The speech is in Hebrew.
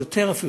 יותר אפילו,